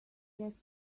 gets